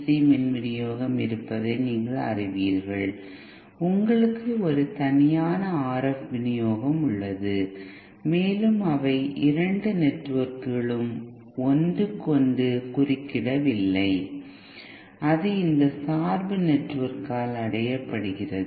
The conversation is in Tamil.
சி மின் வினியோகம் இருப்பதை நீங்கள் அறிவீர்கள் உங்களுக்கு ஒரு தனியான RF வினியோகம் உள்ளது மேலும் அவை இரண்டு நெட்வொர்க்குகளும் ஒன்று கொண்டு குறுக்கிடவில்லை அது இந்த சார்பு நெட்வொர்க்கால் அடையப்படுகிறது